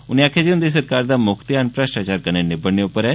उनें आखेआ जे उंदी सरकार दा मुक्ख ध्यान भ्रश्टाचार कन्नै निब्बड़ने पर ऐ